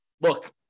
look